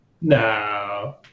No